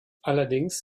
allerdings